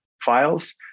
files